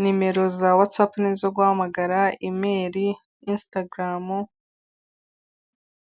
nimero za watsapu n'izo guhamagara, imeli, insitagaramu.